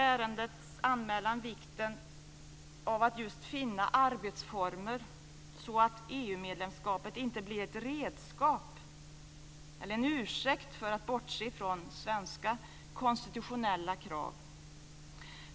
Ärendets anmälan visar vikten av att just finna arbetsformer så att EU-medlemskapet inte blir ett redskap eller en ursäkt för att bortse från svenska konstitutionella krav.